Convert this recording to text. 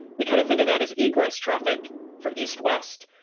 we kind of think of that as egress traffic for east-west.